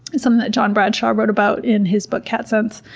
so um that john bradshaw wrote about in his book cat sense.